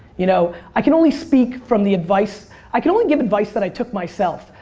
you know i can only speak from the advice, i can only give advice that i took myself.